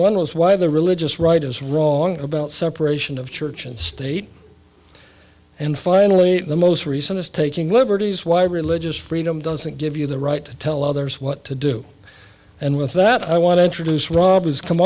one was why the religious right is wrong about separation of church and state and finally the most recent is taking liberties why religious freedom doesn't give you the right to tell others what to do and with that i want to introduce rob who's come